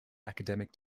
academic